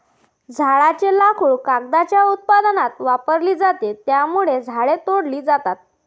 झाडांचे लाकूड कागदाच्या उत्पादनात वापरले जाते, त्यामुळे झाडे तोडली जातात